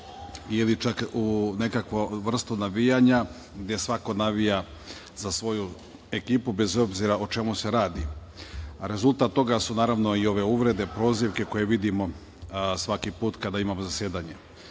ili čak u nekakvu vrstu navijanja, gde svako navija za svoju ekipu, bez obzira o čemu se radi. Rezultat toga su naravno i ove uvrede, prozivke, koje vidimo svaki put kada imamo zasedanja. Naravno,